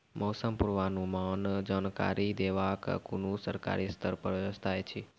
मौसम पूर्वानुमान जानकरी देवाक कुनू सरकारी स्तर पर व्यवस्था ऐछि?